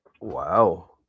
wow